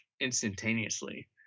instantaneously